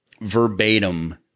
verbatim